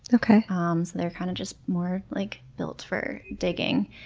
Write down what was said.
like ah um so they're kind of just more like built for digging.